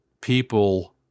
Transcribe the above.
people